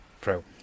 pro